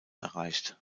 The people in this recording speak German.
erreicht